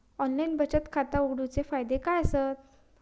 Online बचत खाता उघडूचे फायदे काय आसत?